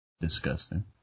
Disgusting